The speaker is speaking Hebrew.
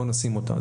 בואו נשים אותה.